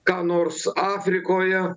ką nors afrikoje